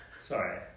Sorry